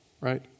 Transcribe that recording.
right